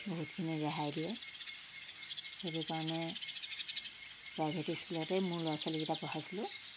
বহুতখিনি ৰেহাই দিয়ে সেইটো কাৰণে প্ৰাইভেট স্কুলতেই মোৰ ল'ৰা ছোৱালীকেইটা পঢ়াইছিলোঁ